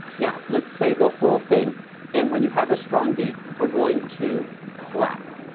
now let's say the whole thing and when you have a strong beat, we're going to clap.